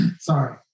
sorry